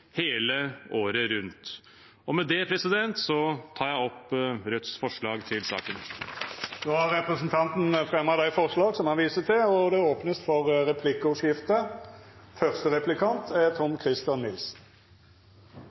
hele året rundt. Med det tar jeg opp Rødts forslag i saken. Representanten Bjørnar Moxnes har teke opp dei forslaga han refererte til. Det vert replikkordskifte. Representanten Moxnes er